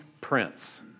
prince